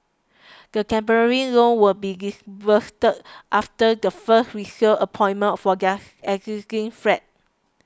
the temporary loan will be disbursed after the first resale appointment for their existing flat